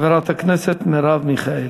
חברת הכנסת מרב מיכאלי.